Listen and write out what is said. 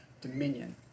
dominion